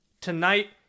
Tonight